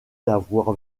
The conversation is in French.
d’avoir